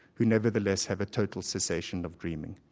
who nevertheless have a total cessation of dreaming.